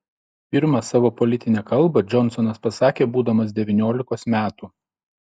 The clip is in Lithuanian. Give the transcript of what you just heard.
pirmą savo politinę kalbą džonsonas pasakė būdamas devyniolikos metų